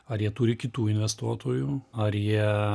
ar jie turi kitų investuotojų ar jie